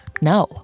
no